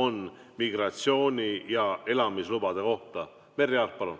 on migratsioon ja elamisload. Merry Aart, palun!